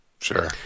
Sure